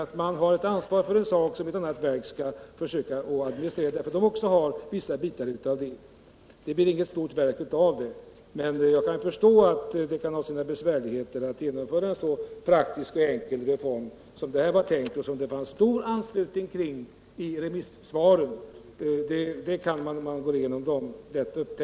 Det ena verket har ansvaret för ett ärende, men måste administrera det över till det andra, eftersom detta ansvarar för vissa delar av ärendet. Vårt förslag innebär inte att det blir något stort verk genom denna sammanslagning, men tydligen är det besvärligt att genomföra en så praktisk och enkel reform som förslaget innebär och som det fanns stor anslutning bakom i remissvaren. vilket man lätt kan upptäcka vid en genomgång av dem.